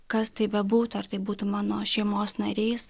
kas tai bebūtų ar tai būtų mano šeimos nariais